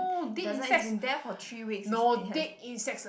it doesn't if been there for three weeks is it has